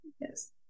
Yes